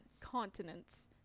Continents